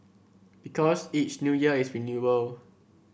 because each New Year is renewal